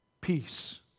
Peace